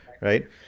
right